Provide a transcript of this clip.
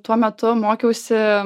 tuo metu mokiausi